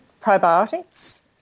probiotics